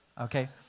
okay